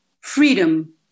freedom